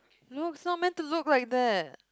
look it's not meant to look like that